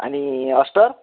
आणि अस्टर